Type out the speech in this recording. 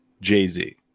Jay-Z